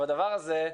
הדבר הזה,